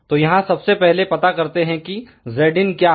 तो यहां सबसे पहले पता करते है कि Zin क्या है